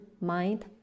mind